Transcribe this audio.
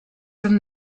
from